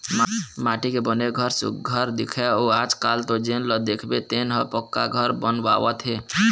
माटी के बने घर सुग्घर दिखय अउ आजकाल तो जेन ल देखबे तेन ह पक्का घर बनवावत हे